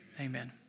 Amen